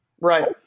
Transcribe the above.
Right